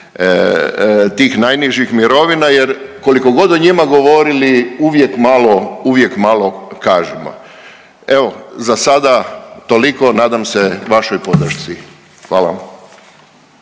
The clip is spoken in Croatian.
tih najnižih mirovina jer koliko god da njima govorili, uvijek malo kažemo. Evo, za sada toliko, nadam se vašoj podršci. Hvala.